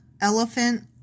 elephant